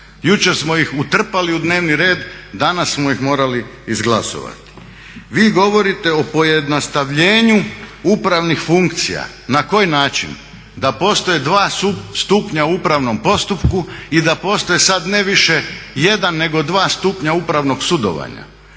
Jučer smo ih utrpali u dnevni red, danas smo ih morali izglasovati. Vi govorite o pojednostavljenju upravnih funkcija. Na koji način? Da postoje dva stupnja u upravnom postupku i da postoje sada ne više jedan nego dva stupnja upravnog sudovanja.